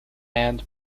and